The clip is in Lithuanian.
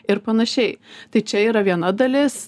ir panašiai tai čia yra viena dalis